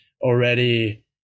already